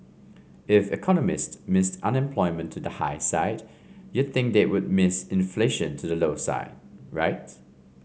if economist missed unemployment to the high side you'd think they would miss inflation to the low side right